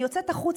אני יוצאת החוצה,